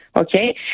Okay